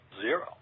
zero